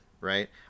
right